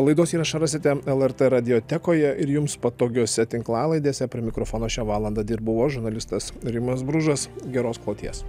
laidos įrašą rasite lrt radiotekoje ir jums patogiose tinklalaidėse prie mikrofono šią valandą dirbau aš žurnalistas rimas bružas geros kloties